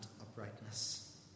uprightness